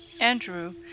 Andrew